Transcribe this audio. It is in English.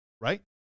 right